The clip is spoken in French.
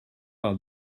par